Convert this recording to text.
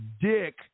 dick